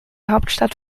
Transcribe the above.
hauptstadt